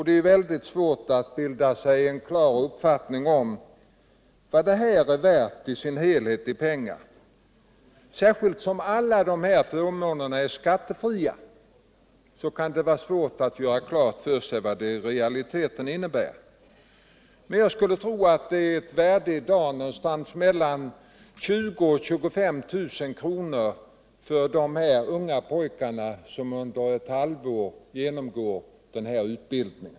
Det är mycket svårt att bilda sig en klar uppfattning om vad allt detta är värt i pengar. Särskilt som alla förmånerna är skattefria kan det vara svärt att fastställa vad de i realiteten motsvarar. Jag skulle dock tro att de representerar ett värde i dag på någonstans mellan 20 000 och 25 000 kr. för de unga pojkar som under ett halvår genomgår denna utbildning.